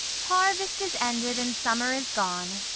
harvest is ended and summer is gone,